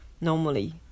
normally